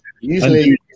usually